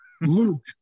Luke